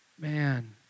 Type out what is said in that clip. Man